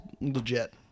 legit